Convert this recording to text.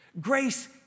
grace